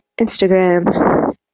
Instagram